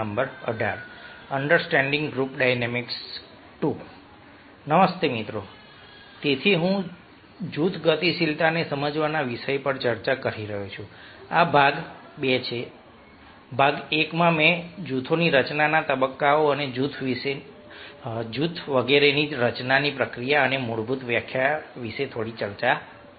નમસ્તે તેથી હું જૂથ ગતિશીલતાને સમજવાના વિષય પર ચર્ચા કરી રહ્યો છું આ ભાગ 2 છે ભાગ 1 માં મેં જૂથોની રચનાના તબક્કાઓ અને જૂથ વગેરેની રચનાની પ્રક્રિયા અને મૂળભૂત વ્યાખ્યા વિશે થોડી ચર્ચા કરી છે